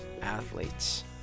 athletes